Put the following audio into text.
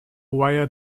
wire